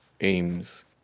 aims